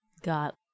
got